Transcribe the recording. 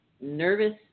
nervous